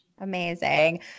Amazing